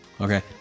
Okay